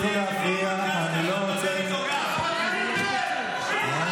בוא תשמע את הרמטכ"ל.